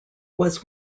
was